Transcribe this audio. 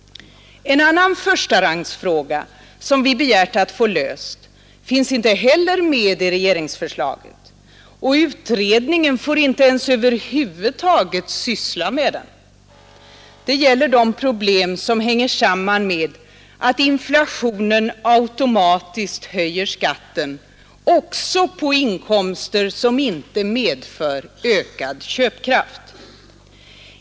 En annan förstarangsfråga, som vi begärt att få löst, finns inte heller med i regeringsförslaget, och utredningen får inte ens över huvud taget syssla med den. Det gäller de problem som hänger samman med att inflationen automatiskt höjer skatten också på inkomster som inte medför ökad köpkraft.